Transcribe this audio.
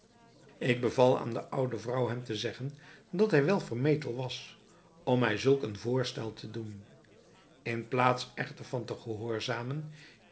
ik beval aan de oude vrouw hem te zeggen dat hij wel vermetel was om mij zulk een voorstel te doen in plaats echter van te gehoorzamen